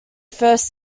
first